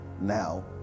now